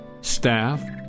staff